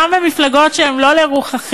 גם מפלגות שהן לא לרוחכם.